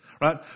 Right